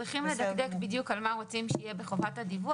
צריך לדקדק בדיוק על מה רוצים שיהיה בחובת הדיווח.